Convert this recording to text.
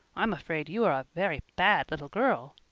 i'm afraid you are a very bad little girl.